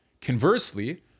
Conversely